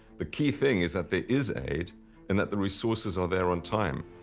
the key thing is that there is aid and that the resources are there on time.